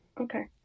okay